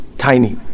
tiny